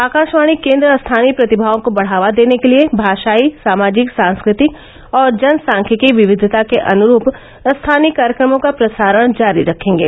आकाशवाणी केन्द्र स्थानीय प्रतिभाओं को बढ़ावा देने के लिए भाषाई सामाजिक सांस्कृतिक और जनसांख्यिकीय विविधता के अनुरूप स्थानीय कार्यक्रमों का प्रसारण जारी रखेंगे